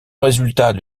résultat